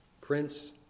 Prince